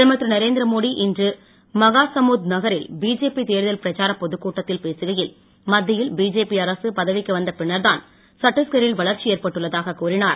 பிரதமர் திரு நரேந்திர மோடி இன்று மகாசமுந்த் நகரில் பிஜேபி தேர்தல் பிரச்சாரப் பொதுக்கூட்டத்தில் பேசுகையில் மத்தியில் பிஜேபி அரசு பதவிக்கு வந்த பின்னர்தான் சட்டீஸ்க ரில் வளர்ச்சி ஏற்பட்டுள்ளதாகக் கூறினார்